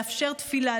לאפשר תפילה,